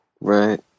Right